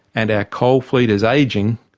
and our coal fleet is aging,